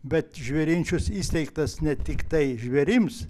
bet žvėrinčius įsteigtas ne tiktai žvėrims